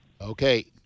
Okay